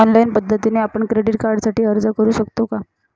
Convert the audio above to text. Online पद्धतीने आपण credit कार्डसाठी अर्ज करु शकतो का?